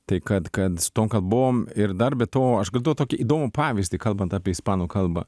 tai kad kad su tom kalbom ir dar be to išgirdau tokį įdomų pavyzdį kalbant apie ispanų kalbą